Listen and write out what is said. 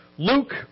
Luke